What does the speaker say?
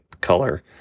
color